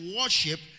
worship